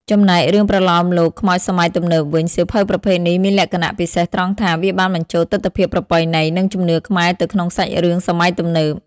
ចំណែករឿងប្រលោមលោកខ្មោចសម័យទំនើបវិញ សៀវភៅប្រភេទនេះមានលក្ខណៈពិសេសត្រង់ថា វាបានបញ្ចូលទិដ្ឋភាពប្រពៃណី និងជំនឿខ្មែរទៅក្នុងសាច់រឿងសម័យទំនើប។